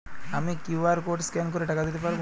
আমি QR code scan করে টাকা দিতে পারবো?